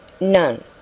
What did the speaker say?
None